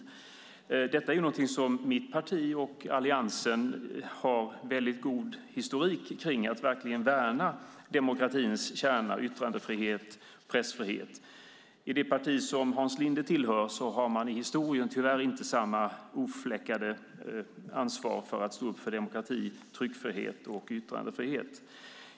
Något som är en väldigt god historik i mitt parti och Alliansen är att verkligen värna demokratins kärna, yttrandefrihet och pressfrihet. Det parti som Hans Linde tillhör har i historien tyvärr inte samma ofläckade ansvar för att stå upp för demokrati, tryckfrihet och yttrandefrihet.